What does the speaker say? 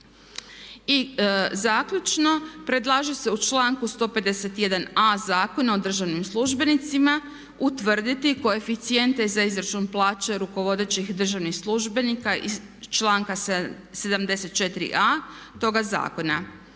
I zaključno, predlaže se u članku 151. a Zakona o državnim službenicima utvrditi koeficijente za izračun plaće rukovodećih državnih službenika iz članka 74.a toga zakona.